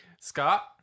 Scott